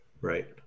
Right